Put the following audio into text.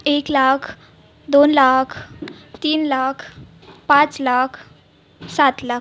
एक लाख दोन लाख तीन लाख पाच लाख सात लाख